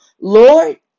Lord